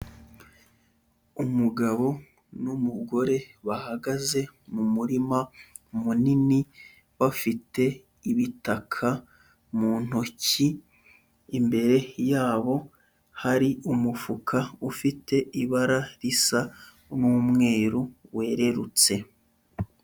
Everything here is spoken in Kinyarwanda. Umugabo n'umugore bahagaze mu murima munini, bafite ibitaka mu ntoki, imbere yabo hari umufuka ufite ibara risa n'umweru wererutse.